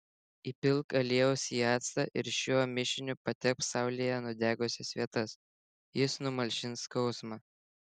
įpilk aliejaus į actą ir šiuo mišiniu patepk saulėje nudegusias vietas jis numalšins skausmą